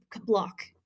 block